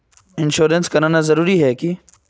Insurance कराना जरूरी ही है की?